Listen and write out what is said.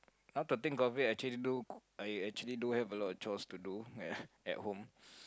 half the thing calculate I actually do I I actually do have a lot of chores to do at home